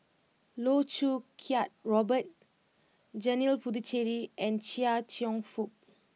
Loh Choo Kiat Robert Janil Puthucheary and Chia Cheong Fook